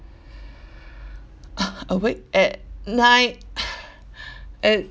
uh awake at night at